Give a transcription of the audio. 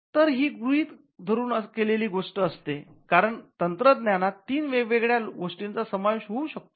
तर ही गृहीत धरून केलेली गोष्ट असते कारण तंत्रज्ञानात तीन वेगवेगळ्या गोष्टीचा समावेश होऊ शकतो